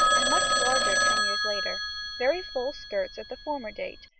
and much larger ten years later very full skirts at the former date,